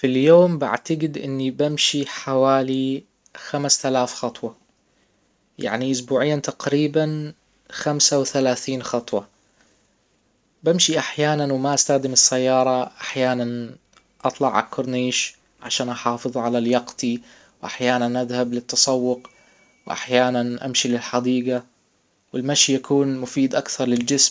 في اليوم بعتجد اني بمشي حوالي خمسة الاف خطوة يعني اسبوعيا تقريبا خمسة وثلاثين خطوة بمشي احيانا وما استخدم السيارة احيانا اطلع عالكورنيش عشان احافظ على لياقتي واحيانا اذهب للتسوق واحيانا امشى للحديجة والمشي يكون مفيد اكثر للجسم